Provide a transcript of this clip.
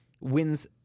wins